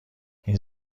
این